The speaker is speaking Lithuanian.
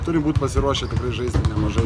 turi būt pasiruošę tikrai žais nemažai